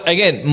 Again